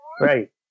Right